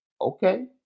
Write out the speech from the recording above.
Okay